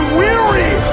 weary